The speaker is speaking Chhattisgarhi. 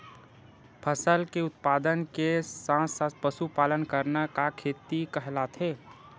फसल के उत्पादन के साथ साथ पशुपालन करना का खेती कहलाथे?